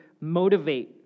motivate